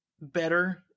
better